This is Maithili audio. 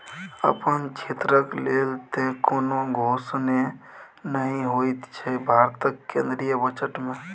अपन क्षेत्रक लेल तँ कोनो घोषणे नहि होएत छै भारतक केंद्रीय बजट मे